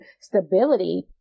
stability